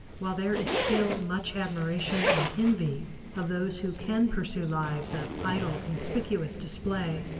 while there is still much admiration and envy of those who can pursue lives of idle conspicuous display,